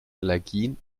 allergien